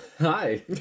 hi